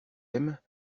aimes